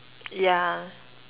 yeah